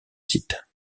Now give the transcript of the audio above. site